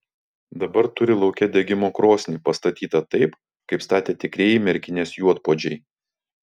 dabar turi lauke degimo krosnį pastatytą taip kaip statė tikrieji merkinės juodpuodžiai